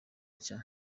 nshya